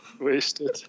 Wasted